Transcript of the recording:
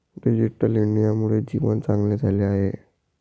digital इंडियामुळे जीवन चांगले झाले आहे